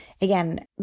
again